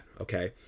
Okay